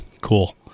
cool